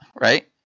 right